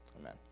Amen